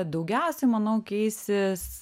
daugiausiai manau keisis